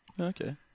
Okay